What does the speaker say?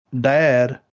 Dad